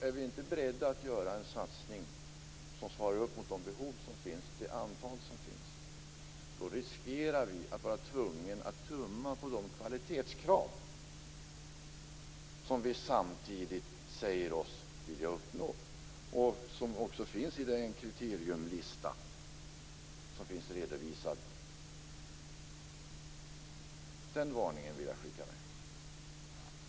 Är vi inte beredda att göra en satsning som svarar mot de behov som finns, riskerar vi att bli tvungna att tumma på de kvalitetskrav som vi säger oss vilja uppfylla och som finns i den redovisade kriterielistan. Den varningen vill jag skicka med.